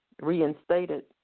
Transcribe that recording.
reinstated